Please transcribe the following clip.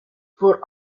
for